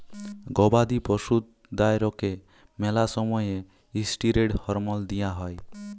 গবাদি পশুদ্যারকে ম্যালা সময়ে ইসটিরেড হরমল দিঁয়া হয়